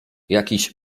jakiś